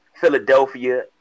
Philadelphia